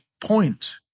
point